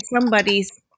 somebody's